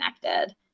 connected